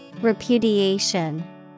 Repudiation